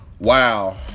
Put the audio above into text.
wow